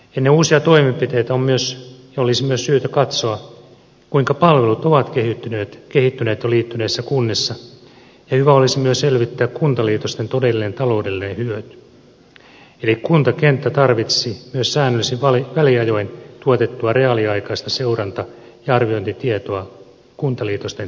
ennen uusia toimenpiteitä olisi myös syytä katsoa kuinka palvelut ovat kehittyneet jo liittyneissä kunnissa ja hyvä olisi myös selvittää kuntaliitosten todellinen taloudellinen hyöty eli kuntakenttä tarvitsisi myös säännöllisin väliajoin tuotettua reaaliaikaista seuranta ja arviointitietoa kuntaliitosten toimivuudesta